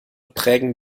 prägen